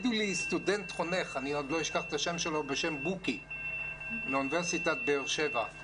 סטודנט חונך שקראו לו בוקי מאוניברסיטת באר שבע.